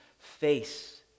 Face